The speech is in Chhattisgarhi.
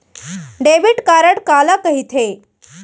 डेबिट कारड काला कहिथे?